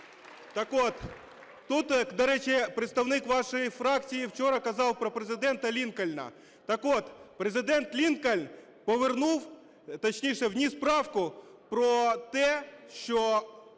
Так от тут, до речі, представник вашої фракції вчора казав про Президента Лінкольна. Так от Президент Лінкольн повернув, точніше, вніс правку про те, що